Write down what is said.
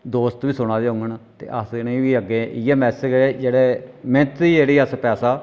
दोस्त बी सुनै दे होङन ते अस उ'नें गी बी अग्गे इ'यै मैसेज गै जेह्ड़े मे्हनत दी जेह्ड़ी असें पैसा